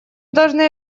должны